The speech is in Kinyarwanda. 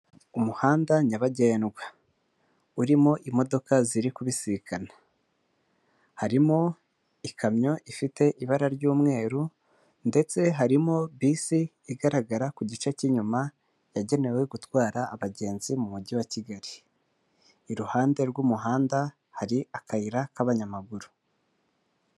Umuhanda nyabagendwa, urimo imodoka ziri kubisikana, harimo ikamyo ifite ibara ry'umweru ndetse harimo bisi igaragara ku gice k'inyuma, yagenewe gutwara abagenzi mu mujyi wa Kigali, iruhande rw'umuhanda hari akayira k'abanyamaguru.